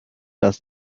das